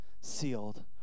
sealed